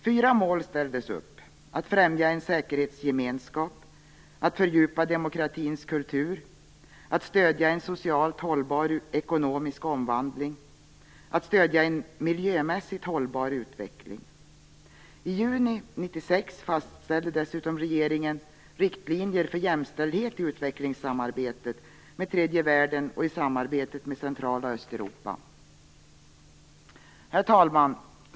Fyra mål ställdes upp, nämligen att främja en säkerhetsgemenskap, att fördjupa demokratins kultur, att stödja en socialt hållbar ekonomisk omvandling och att stödja en miljömässigt hållbar utveckling. I juni 1996 fastställde dessutom regeringen riktlinjer för jämställdhet i utvecklingssamarbetet med tredje världen och i samarbetet med Central och Herr talman!